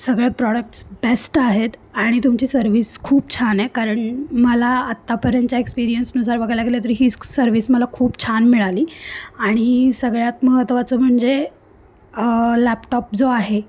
सगळ्या products best आहेत आणि तुमची सर्व्हिस खूप छान आहे कारण मला आत्तापर्यंतच्या एक्सपिरियन्सनुसार बघायला गेलं तरी ही सर्विस मला खूप छान मिळाली आणि सगळ्यात महत्वाचं म्हणजे लॅपटॉप जो आहे